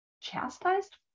chastised